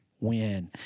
Win